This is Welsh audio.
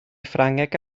ffrangeg